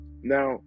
Now